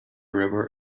river